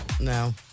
No